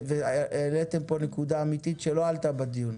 והעליתם פה נקודה אמיתית שלא עלתה בדיון.